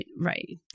right